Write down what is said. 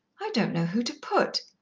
i don't know who to put.